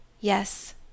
Yes